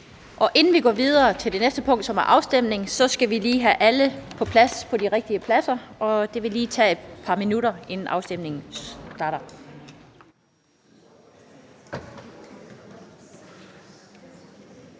Inden vi går videre til det næste punkt, som er en afstemning, så skal vi lige have alle på de rigtige pladser, og det vil lige tage et par minutter, inden afstemningen starter.